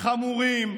החמורים,